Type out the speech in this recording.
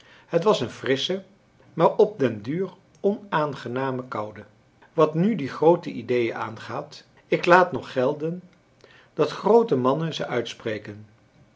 het was een frissche maar op den duur onaangename koude wat nu die groote ideeën aangaat ik laat nog gelden dat groote mannen ze uitspreken